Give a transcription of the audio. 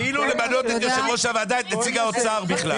כאילו למנות את יושב ראש הוועדה את נציג האוצר בכלל.